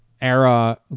era